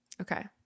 okay